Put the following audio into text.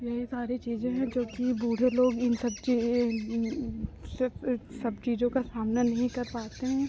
यही सारी चीज़ें हैं जोकि बूढ़े लोग इन सब चीज सब सब चीज़ों का सामना नहीं कर पाते हैं